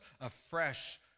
afresh